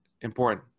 important